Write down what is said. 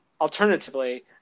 alternatively